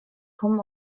kommen